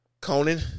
Conan